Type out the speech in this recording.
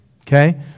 Okay